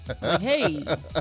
Hey